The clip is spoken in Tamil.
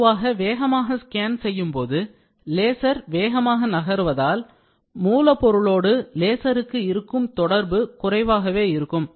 பொதுவாக வேகமாக ஸ்கேன் செய்யும்போது லேசர் வேகமாக நகர்வதால் மூலப் பொருளோடு லேசருக்கு இருக்கும் தொடர்பு குறைவாகவே இருக்கும்